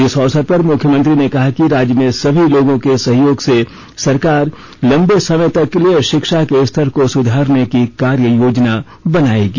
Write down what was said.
इस अवसर पर मुख्यमंत्री ने कहा कि राज्य में सभी लोगों के सहयोग से सरकार लंबे समय तक के लिए शिक्षा के स्तर को सुधारने की कार्य योजना बनाएगी